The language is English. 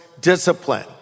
discipline